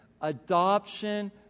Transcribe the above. adoption